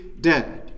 dead